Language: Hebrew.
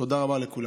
תודה רבה לכולם.